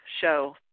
show